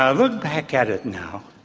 ah look back at it now,